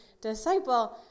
disciple